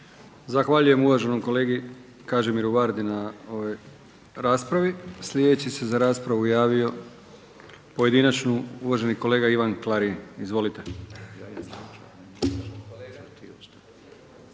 Zahvaljujem uvaženom kolegi Kažimiru Vardi na ovoj raspravi. Sljedeći se za raspravu javio pojedinačnu, uvaženi kolega Ivan Klarin. Izvolite.